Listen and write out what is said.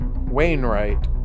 Wainwright